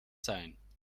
sein